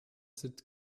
sind